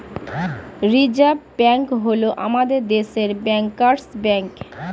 reserve Bank হল আমাদের দেশের ব্যাঙ্কার্স ব্যাঙ্ক